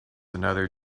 another